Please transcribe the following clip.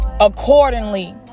accordingly